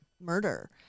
murder